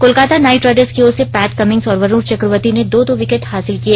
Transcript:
Kolkata knight riders की ओर से पैट कमिंस और वरुण ने दो दो विकेट हासिल किए